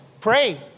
pray